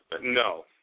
No